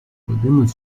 podemos